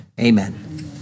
amen